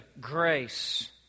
grace